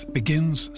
begins